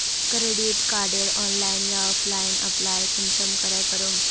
Credit कार्डेर online या offline apply कुंसम करे करूम?